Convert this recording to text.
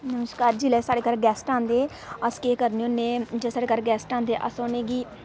नमस्कार जेल्लै साढ़े घर गैस्ट आंदे अस केह् करने होन्ने जे साढ़े घर गैस्ट आंदे अस उ'नेंगी